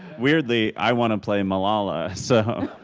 weirdly, i want to play malala, so